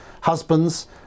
husbands